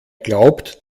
glaubt